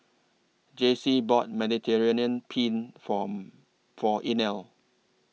Jacey bought Mediterranean Penne For For Inell